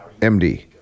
MD